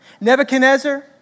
Nebuchadnezzar